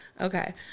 Okay